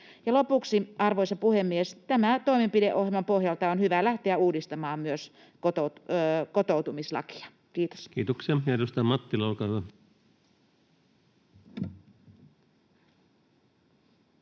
lopuksi, arvoisa puhemies, tämän toimenpideohjelman pohjalta on hyvä lähteä uudistamaan myös kotoutumislakia. — Kiitos. [Speech 155] Speaker: